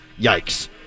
yikes